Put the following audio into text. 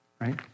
Right